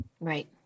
Right